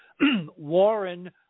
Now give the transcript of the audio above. warren